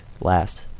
Last